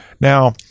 Now